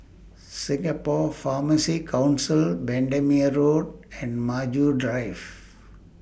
Singapore Pharmacy Council Bendemeer Road and Maju Drive